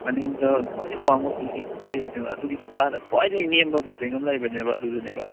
ꯃꯅꯤꯡꯗ ꯈ꯭ꯋꯥꯏꯗꯒꯤ ꯋꯥꯡꯕ ꯕꯤꯜꯗꯤꯡ ꯑꯃ ꯂꯩꯕꯅꯦꯕ ꯑꯗꯨꯒꯤ ꯃꯈꯥꯗ ꯈ꯭ꯋꯥꯏꯗꯒꯤ ꯅꯦꯝꯕ ꯕꯤꯜꯗꯤꯡ ꯑꯃ ꯂꯩꯕꯅꯦꯕ ꯑꯗꯨꯗꯅꯦꯕ